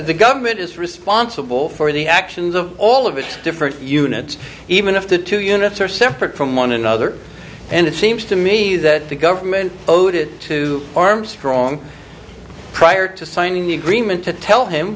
the government is responsible for the actions of all of its different units even if the two units are separate from one another and it seems to me that the government owed it to armstrong prior to signing the agreement to tell him